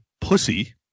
pussy